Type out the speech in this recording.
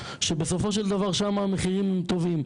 שבסופו של דבר שם המחירים הם טובים,